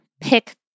pick